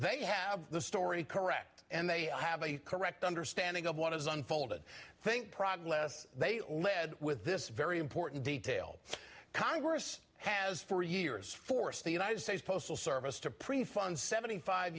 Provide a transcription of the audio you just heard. they have the story correct and they have a correct understanding of what has unfolded think prog less they lead with this very important detail congress has for years forced the united states postal service to prefund seventy five